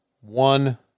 one